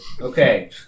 Okay